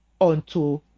unto